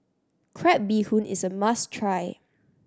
crab bee hoon is a must try